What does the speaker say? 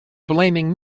blaming